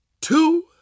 two